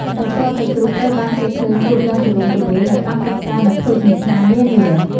សាច់ក្រកសាច់ជ្រូកត្រូវបាន គេឃើញលក់យ៉ាងទូលំទូលាយនៅតាមទីផ្សារ និងភោជនីយដ្ឋាននានា។